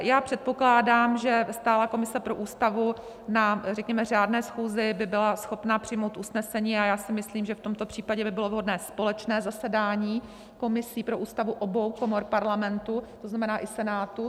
Já předpokládám, že stálá komise pro Ústavu na, řekněme, řádné schůzi by byla schopna přijmout usnesení a já si myslím, že v tomto případě by bylo vhodné společné zasedání komisí pro Ústavu obou komor Parlamentu, to znamená i Senátu.